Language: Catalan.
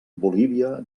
bolívia